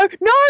no